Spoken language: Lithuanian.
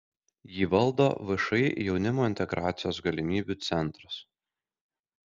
jį valdo všį jaunimo integracijos galimybių centras